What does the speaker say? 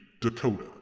Dakota